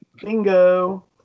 bingo